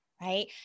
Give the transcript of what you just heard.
right